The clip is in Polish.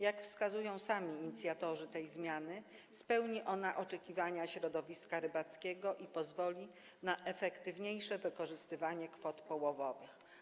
Jak wskazują sami inicjatorzy tej zmiany, ta ustawa spełni oczekiwania środowiska rybackiego i pozwoli na efektywniejsze wykorzystywanie kwot połowowych.